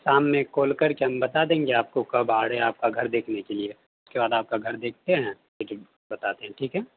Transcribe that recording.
شام میں ایک کال کر کے ہم بتا دیں گے آپ کو کب آ رہے آپ کا گھر دیکھنے کے لیے اس کے بعد آپ کا گھر دیکھتے ہیں بتاتے ہیں ٹھیک ہے